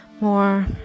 more